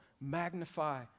magnify